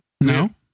No